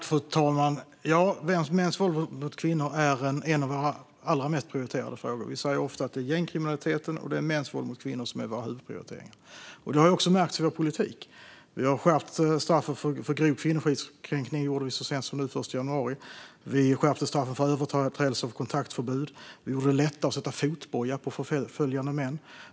Fru talman! Mäns våld mot kvinnor är en av våra allra mest prioriterade frågor. Vi säger ofta att det är gängkriminaliteten och mäns våld mot kvinnor som är våra huvudprioriteringar. Det har också märkts i vår politik. Vi har skärpt straffet för grov kvinnofridskränkning; det gjorde vi så sent som den 1 januari. Vi skärpte straffet för överträdelse av kontaktförbud. Vi gjorde det lättare att sätta fotboja på förföljande män.